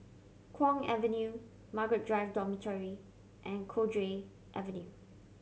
Kwong Avenue Margaret Drive Dormitory and Cowdray Avenue